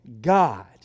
God